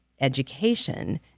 education